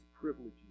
privileges